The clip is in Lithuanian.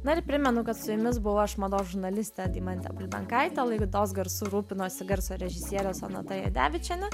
na ir primenu kad su jumis buvau aš mados žurnalistė deimantė bulbenkaitė laidos garsu rūpinosi garso režisierė sonata jadevičienė